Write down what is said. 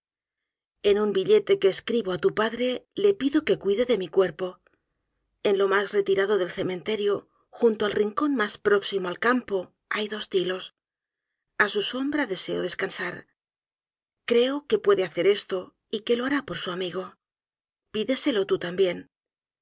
en un billete que escribo á tu padre le pido que cuide de mi cuerpo en lo mas retirado del cementerio junto al rincón mas próximo al campo hay dos tilos á su sombra deseo descansar creo que puede hacer esto y que lo hará por su amigo pídeselo tú también